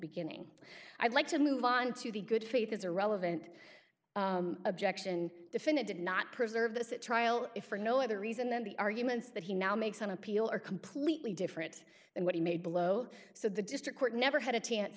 beginning i'd like to move on to the good faith is a relevant objection definit did not preserve this a trial if for no other reason then the arguments that he now makes on appeal are completely different than what he made below so the district court never had a chance